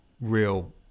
real